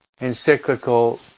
encyclical